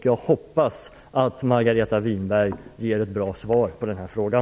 Jag hoppas att Margareta Winberg ger ett bra svar på den här frågan.